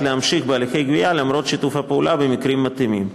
להמשיך בהליכי גבייה למרות שיתוף הפעולה במקרים מתאימים.